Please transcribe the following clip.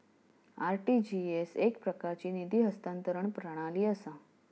RTGS एकप्रकारची निधी हस्तांतरण प्रणाली असा